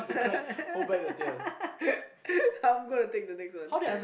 I'm gonna take the next one